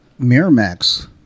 Miramax